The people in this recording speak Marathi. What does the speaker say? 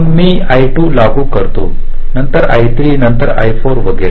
मग मी I2 लागू करतो नंतर I3 नंतर I4 वगैरे